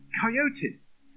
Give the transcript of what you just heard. coyotes